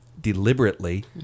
deliberately